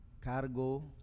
cargo